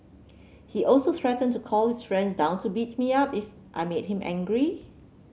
he also threatened to call his friends down to beat me up if I made him angry